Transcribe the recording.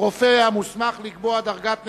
רופא המוסמך לקבוע דרגת נכות),